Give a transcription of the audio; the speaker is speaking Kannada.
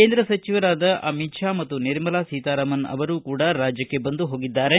ಕೇಂದ್ರ ಸಚಿವರಾದ ಅಮಿತ್ ಶಾ ಮತ್ತು ನಿರ್ಮಲಾ ಸೀತಾರಾಮನ್ ಅವರೂ ಕೂಡ ಬಂದು ಹೋಗಿದ್ದಾರೆ